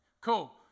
cool